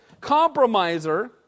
compromiser